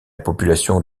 population